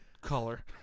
color